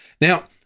Now